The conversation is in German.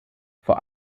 vor